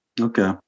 Okay